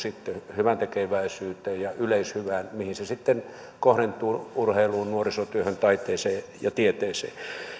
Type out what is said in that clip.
hyväntekeväisyyteen ja yleishyvään mihin se sitten kohdentuu urheiluun nuorisotyöhön taiteeseen ja tieteeseen